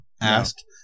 asked